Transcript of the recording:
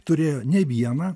turėjo ne vieną